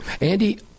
Andy